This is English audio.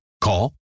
Call